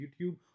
YouTube